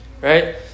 right